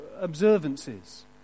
observances